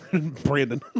Brandon